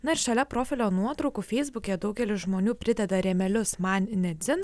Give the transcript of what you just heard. nors šalia profilio nuotraukų feisbuke daugelis žmonių prideda rėmelius man ne dzin